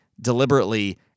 deliberately